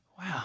Wow